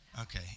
Okay